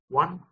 one